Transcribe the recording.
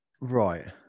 right